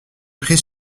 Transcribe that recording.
pris